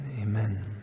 Amen